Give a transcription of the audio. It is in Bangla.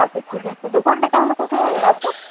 আচ্ছা ঠিক আছে দোকানটা তাহলে কোথায় আছে